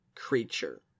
creature